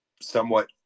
somewhat